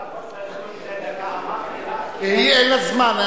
בנאומים בני דקה אמרתי לך, אין לה זמן.